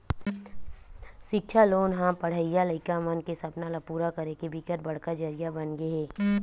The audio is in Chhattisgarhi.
सिक्छा लोन ह पड़हइया लइका मन के सपना ल पूरा करे के बिकट बड़का जरिया बनगे हे